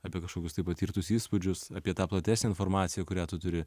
apie kažkokius tai patirtus įspūdžius apie tą platesnę informaciją kurią tu turi